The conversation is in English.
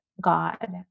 God